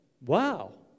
wow